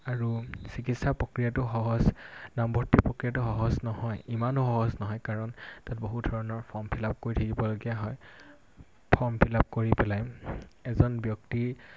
আৰু চিকিৎসা প্ৰক্ৰিয়াটো সহজ নামভৰ্তি প্ৰক্ৰিয়াটো সহজ নহয় ইমানো সহজ নহয় কাৰণ তাত বহু ধৰণৰ ফৰ্ম ফিল আপ কৰি থাকিবলগীয়া হয় ফৰ্ম ফিল আপ কৰি পেলাই এজন ব্যক্তিৰ